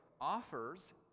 offers